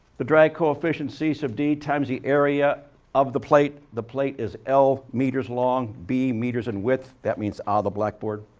the drag coefficient c sub d times the area of the plate. the plate is l meters long, b meters in width. that means all ah the blackboard.